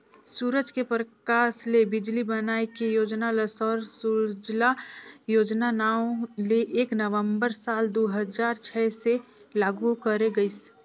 सूरज के परकास ले बिजली बनाए के योजना ल सौर सूजला योजना नांव ले एक नवंबर साल दू हजार छै से लागू करे गईस